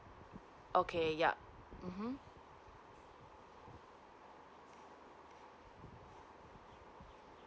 okay yup uh mm